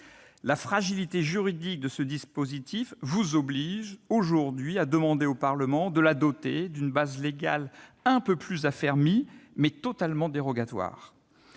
La fragilité juridique de ce dispositif vous oblige aujourd'hui à demander au Parlement de la doter d'une base légale un peu plus affermie, mais totalement dérogatoire.